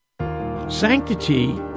Sanctity